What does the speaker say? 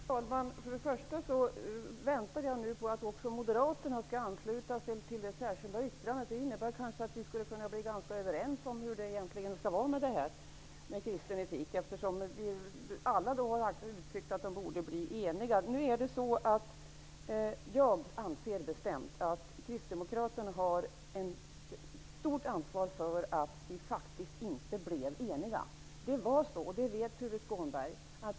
Herr talman! För det första väntar jag nu på att också Moderaterna skall ansluta sig till det särskilda yttrandet. Det innebär att vi skulle bli ganska överens om hur det egentligen skall vara med kristen etik. Alla har uttryckt att vi borde vara eniga. Jag anser bestämt att kristdemokraterna har ett stort ansvar för att vi faktiskt inte blev eniga.